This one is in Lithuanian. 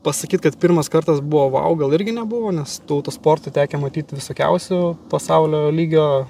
pasakyt kad pirmas kartas buvo vau gal irgi nebuvo nes tų auto sporte tekę matyti visokiausių pasaulio lygio